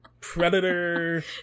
Predator